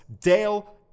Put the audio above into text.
Dale